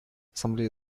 ассамблея